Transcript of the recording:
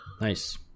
Nice